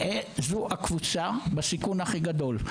זו הקבוצה בסיכון הכי גדול.